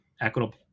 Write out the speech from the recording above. equitable